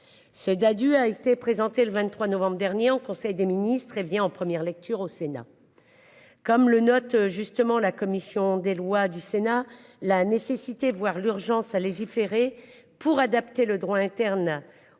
Se Dadu a été présenté le 23 novembre dernier en conseil des ministres, et bien en première lecture au Sénat. Comme le note justement la commission des Lois du Sénat la nécessité, voire l'urgence à légiférer pour adapter le droit interne